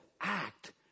act